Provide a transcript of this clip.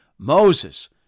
Moses